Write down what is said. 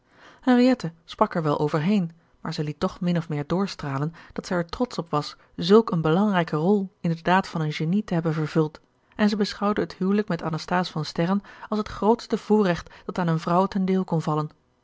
henriette sprak er wel overheen maar zij liet toch min of meer doorstralen dat zij er trotsch op was zulk eene belangrijke rol in de daad van een genie te hebben vervuld en zij beschouwde het huwelijk met anathase van sterren als het grootste voorrecht dat aan eene vrouw ten deel kon vallen